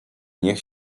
niech